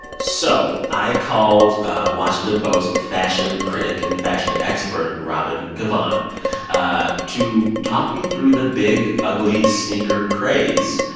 so i called washington post fashion critic and fashion expert robin givhan to talk me through the big, ugly sneaker craze.